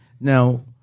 Now